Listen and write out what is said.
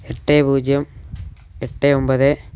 എട്ട് പൂജ്യം എട്ട് ഒമ്പത്